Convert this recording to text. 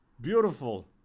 beautiful